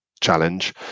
challenge